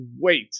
wait